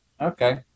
Okay